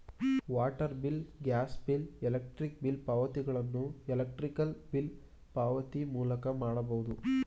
water bill, gas bill, electric bill ಪಾವತಿಗಳನ್ನು electronic bill ಪಾವತಿ ಮೂಲಕ ಮಾಡಬಹುದು